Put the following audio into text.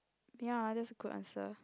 ya that's a good answer